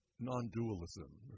non-dualism